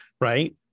right